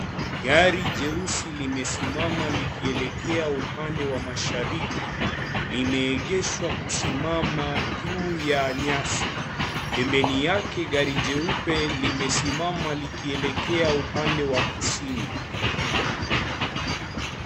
Gari jeusi limesimama likielekea upande wa mashariki. Limeegeshwa kisimama juu ya nyasi pempemi yake gari jeupe limesimama likielekea upande wa kusini.